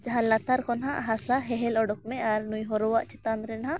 ᱡᱟᱦᱟᱸ ᱞᱟᱛᱟᱨ ᱠᱷᱚᱱᱟᱜ ᱦᱟᱥᱟ ᱦᱮᱦᱮᱞ ᱚᱸᱰᱚᱠ ᱢᱮ ᱟᱨ ᱱᱩᱭ ᱦᱚᱨᱚᱣᱟᱜ ᱪᱮᱛᱟᱱ ᱨᱮ ᱱᱟᱦᱟᱸᱜ